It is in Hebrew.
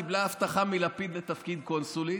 היא קיבלה הבטחה מלפיד לתפקיד קונסולית,